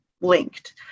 linked